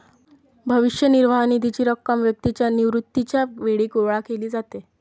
भविष्य निर्वाह निधीची रक्कम व्यक्तीच्या निवृत्तीच्या वेळी गोळा केली जाते